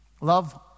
Love